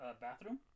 bathroom